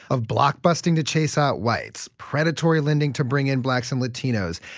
of blockbusting to chase out whites, predatory lending to bring in blacks and latinos,